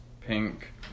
pink